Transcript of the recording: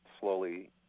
slowly